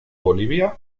bolivia